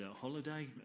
holiday